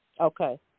Okay